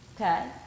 okay